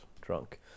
drunk